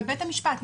בבית המשפט.